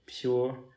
pure